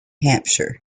hampshire